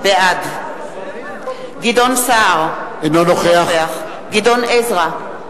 בעד גדעון סער, אינו נוכח גדעון עזרא,